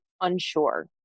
unsure